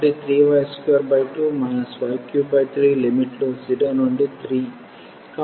కాబట్టి 3y22 y33 లిమిట్లు 0 నుండి 3